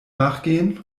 nachgehen